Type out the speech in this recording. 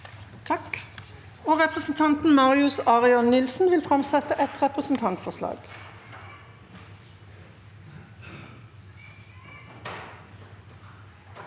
Representanten Marius Arion Nilsen vil framsette et representantforslag.